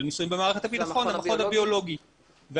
של ניסויים במערכת הביטחון זה המכון הביולוגי והנתונים